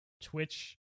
twitch